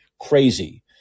crazy